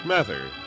Mather